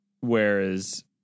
whereas